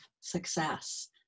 success